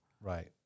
Right